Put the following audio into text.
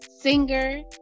singer